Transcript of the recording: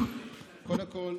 קודם כול,